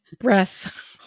breath